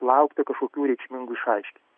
laukti kažkokių reikšmingų išaiškinimų